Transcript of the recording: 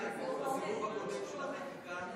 זה היה בסיבוב הקודם של החקיקה,